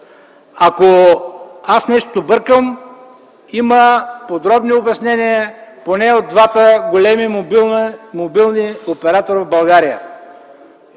Ако аз бъркам нещо, има подробни обяснения поне от двата големи мобилни оператора в България.